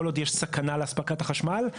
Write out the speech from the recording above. כל עוד יש סכנה לאספקת החשמל,